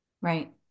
Right